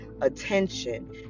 attention